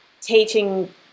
teaching